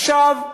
עכשיו,